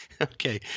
Okay